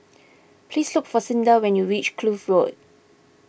please look for Cinda when you reach Kloof Road